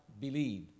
Believe